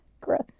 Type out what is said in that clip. Gross